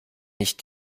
nicht